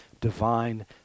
divine